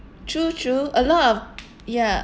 true true a lot of ya